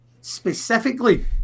specifically